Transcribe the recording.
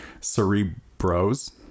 Cerebros